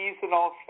seasonal